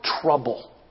trouble